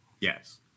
Yes